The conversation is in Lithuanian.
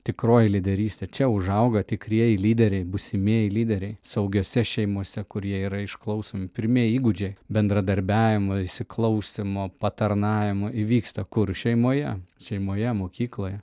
tikroji lyderystė čia užauga tikrieji lyderiai būsimieji lyderiai saugiose šeimose kur jie yra išklausomi pirmieji įgūdžiai bendradarbiavimo įsiklausymo patarnavimo įvyksta kur šeimoje šeimoje mokykloje